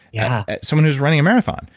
yeah someone who's running a marathon,